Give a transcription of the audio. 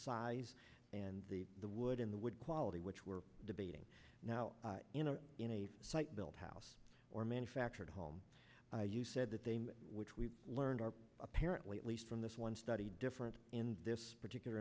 size and the wood in the wood quality which we're debating now in a site built house or manufactured home you said that they which we learned are apparently at least from this one study different in this particular